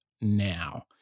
now